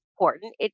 important